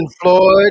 Floyd